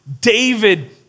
David